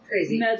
crazy